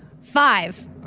five